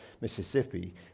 Mississippi